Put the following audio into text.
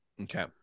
Okay